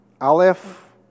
Aleph